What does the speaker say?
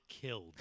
killed